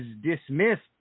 dismissed